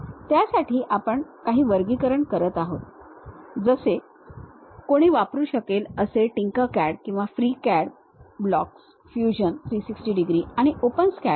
त्यासाठीआपण काही वर्गीकरण करत आहोत जसे कोणी वापरू शकेल असे टिंकरकॅड किंवा फ्रीकॅड ब्लॉक्स फ्यूजन 360 डिग्री आणि ओपनस्कॅड